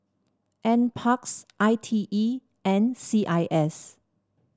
N parks I T E and C I S